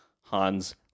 Hans